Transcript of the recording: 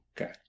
Okay